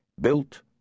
built